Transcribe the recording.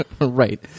Right